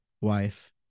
wife